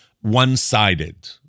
one-sided